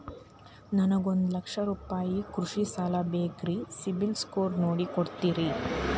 ನನಗೊಂದ ಲಕ್ಷ ರೂಪಾಯಿ ಕೃಷಿ ಸಾಲ ಬೇಕ್ರಿ ಸಿಬಿಲ್ ಸ್ಕೋರ್ ನೋಡಿ ಕೊಡ್ತೇರಿ?